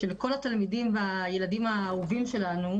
שלכל התלמידים והילדים האהובים שלנו,